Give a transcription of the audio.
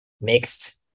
mixed